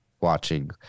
watching